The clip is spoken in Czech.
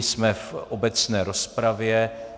Jsme v obecné rozpravě.